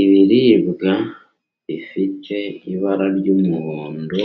Ibiribwa bifite ibara ry'umuhondo